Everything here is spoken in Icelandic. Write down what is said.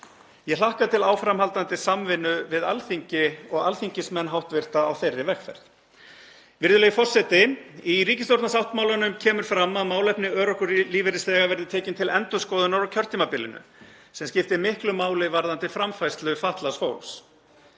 Ég hlakka til áframhaldandi samvinnu við Alþingi og hv. alþingismenn á þeirri vegferð. Virðulegi forseti. Í ríkisstjórnarsáttmálanum kemur fram að málefni örorkulífeyrisþega verði tekin til endurskoðunar á kjörtímabilinu, sem skiptir miklu máli varðandi framfærslu fatlaðs fólks.